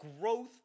growth